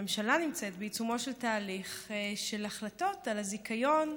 הממשלה נמצאת בעיצומו של תהליך של החלטות על הזיכיון,